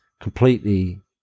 completely